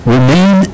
Remain